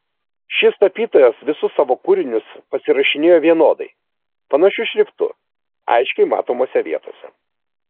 šis tapytojas visus savo kūrinius pasirašinėjo vienodai panašiu šriftu aiškiai matomose vietose